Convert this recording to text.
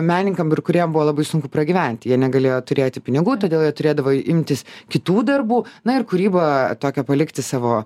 menininkam kuriem buvo labai sunku pragyventi jie negalėjo turėti pinigų todėl jie turėdavo imtis kitų darbų na ir kūryba tokią palikti savo